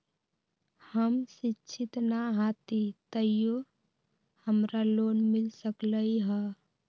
हम शिक्षित न हाति तयो हमरा लोन मिल सकलई ह?